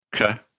Okay